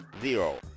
zero